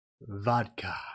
vodka